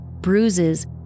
bruises